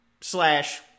slash